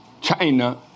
China